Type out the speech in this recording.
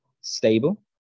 stable